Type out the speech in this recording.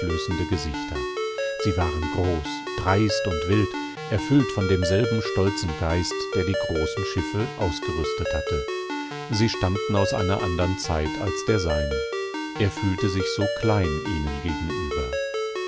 gesichter sie waren groß dreist und wild erfüllt von demselben stolzen geist der die großen schiffe ausgerüstet hatte sie stammten aus einer andern zeit als der seinen er fühlte sich so klein ihnen gegenüber